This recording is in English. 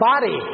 body